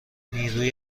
نیروی